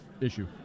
issue